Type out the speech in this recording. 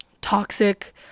toxic